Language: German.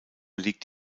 liegt